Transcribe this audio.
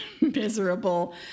miserable